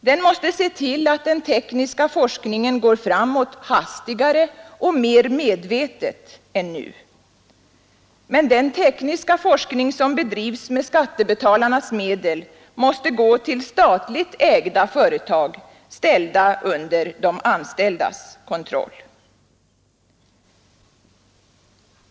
Den måste se till att den tekniska forskningen går framåt hastigare och mer medvetet än nu. Och resultaten av den tekniska forskning som bedrivs med skattebetalarnas medel måste tillföras statligt ägda företag, som står under de anställdas kontroll.